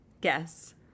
guess